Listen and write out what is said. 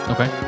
Okay